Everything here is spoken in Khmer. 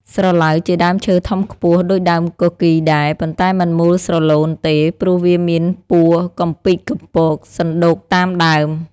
ស្រឡៅជាដើមឈើធំខ្ពស់ដូចដើមគគីរដែរ ប៉ុន្តែមិនមូលស្រលូនទេ ព្រោះវាមានពួរកំពីកកំពកសណ្តូកតាមដើម។